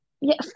Yes